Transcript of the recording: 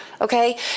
okay